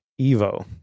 Evo